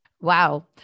Wow